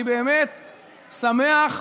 אני באמת שמח,